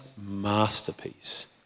masterpiece